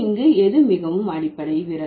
எனவே இங்கு எது மிகவும் அடிப்படை